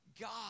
God